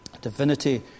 divinity